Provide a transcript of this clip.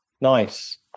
Nice